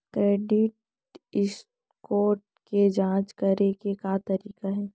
Credit score के जाँच करे के का तरीका हे?